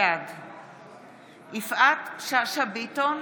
בעד יפעת שאשא ביטון,